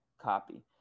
copy